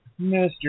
Mr